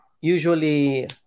usually